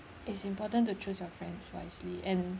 it's important to choose your friends wisely and